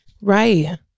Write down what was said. right